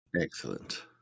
Excellent